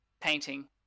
painting